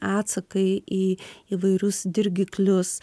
atsakai į įvairius dirgiklius